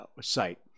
site